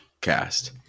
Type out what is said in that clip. cast